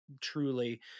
truly